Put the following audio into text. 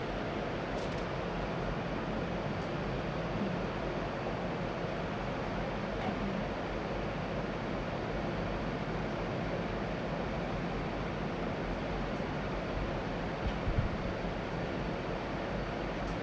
<S.